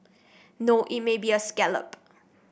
no it may be a scallop